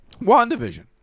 WandaVision